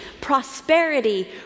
prosperity